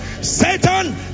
Satan